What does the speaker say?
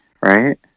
right